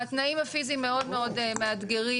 התנאים הפיזיים מאוד מאוד מאתגרים,